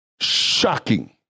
Shocking